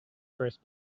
first